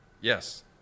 Yes